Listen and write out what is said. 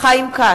חיים כץ,